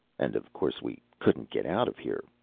and of course we couldn't get out of here,